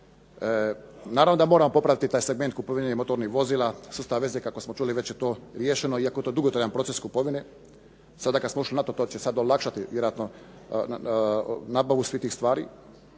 Naravno da moramo popraviti taj segment kupovine motornih vozila, sustav veze kako smo čuli već je to riješeno, iako je to dugotrajan proces kupovine. Sada kad smo ušli u NATO to će sad olakšati vjerojatno nabavu svih tih stvari.